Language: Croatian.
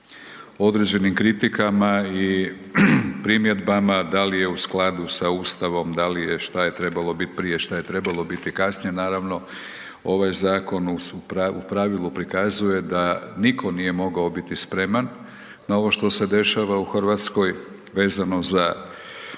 određenim kritikama i primjedbama da li je u skladu sa Ustavom, šta je trebalo bit prije, šta je trebalo biti kasnije. Naravno, ovaj zakon u pravilu pokazuje da niko nije mogao biti spreman na ovo što se dešava u Hrvatskoj vezano za